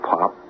Pop